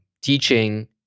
teaching